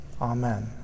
Amen